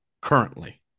currently